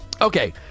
okay